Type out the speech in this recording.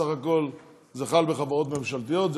בסך הכול זה חל בחברות ממשלתיות,